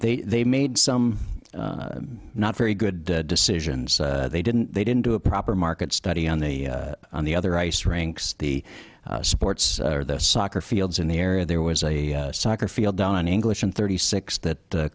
they they made some not very good decisions they didn't they didn't do a proper market study on the on the other ice rinks the sports or the soccer fields in the area there was a soccer field on english in thirty six that